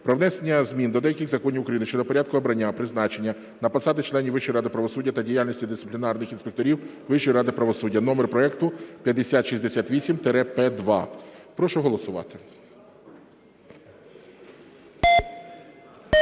"Про внесення змін до деяких законів України щодо порядку обрання (призначення) на посади членів Вищої ради правосуддя та діяльності дисциплінарних інспекторів Вищої ради правосуддя" (номер проекту 5068-П2). Прошу голосувати.